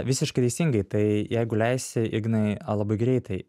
visiškai teisingai tai jeigu leisi ignai labai greitai